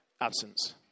absence